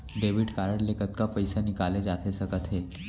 Debit card ले कतका पइसा निकाले जाथे सकत हे?